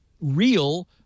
real